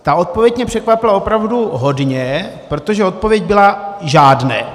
Ta odpověď mě překvapila opravdu hodně, protože odpověď byla: Žádné.